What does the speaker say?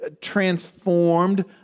transformed